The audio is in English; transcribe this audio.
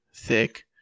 Thick